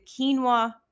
quinoa